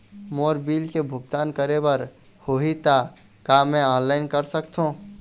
मोर bill के भुगतान करे बर होही ता का मैं ऑनलाइन कर सकथों?